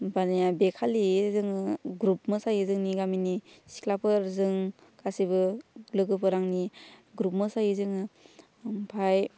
होम्बानिया बे खालि जोङो ग्रुप मोसायो जोंनि गामिनि सिख्लाफोर जों गासैबो लोगोफोर आंनि ग्रुप मोसायो जोङो ओमफ्राय